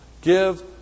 Give